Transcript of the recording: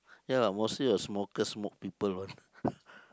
ya mostly the smoker smoke people what